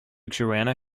joanna